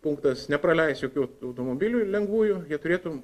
punktas nepraleis jokių automobilių lengvųjų jie turėtų